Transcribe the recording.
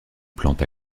plante